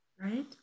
Right